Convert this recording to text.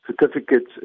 certificates